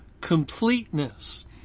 completeness